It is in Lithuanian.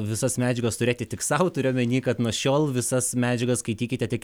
visas medžiagas turėti tik sau turiu omeny kad nuo šiol visas medžiagas skaitykite tik